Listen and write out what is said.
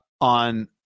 on